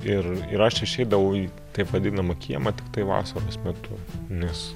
ir ir aš išeidavau į taip vadinamą kiemą tiktai vasaros metu nes